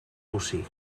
bocí